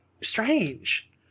strange